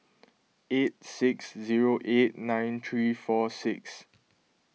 eight six zero eight nine three four six